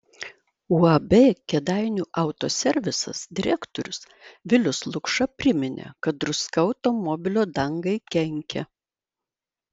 uab kėdainių autoservisas direktorius vilius lukša priminė kad druska automobilio dangai kenkia